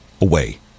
away